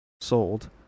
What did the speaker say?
sold